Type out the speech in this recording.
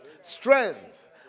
strength